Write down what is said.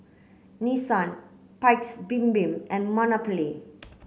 Nissan Paik's Bibim and Monopoly